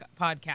podcast